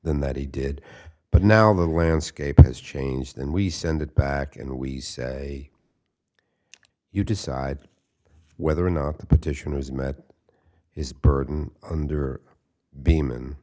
than that he did but now the landscape has changed and we send it back and we say you decide whether or not the petition has met its burden under beeman